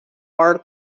are